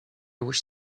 wish